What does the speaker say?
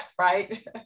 right